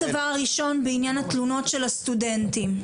ראשון בעניין התלונות של הסטודנטים.